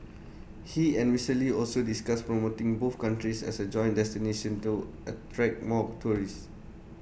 he and Mister lee also discussed promoting both countries as A joint destination to attract more tourists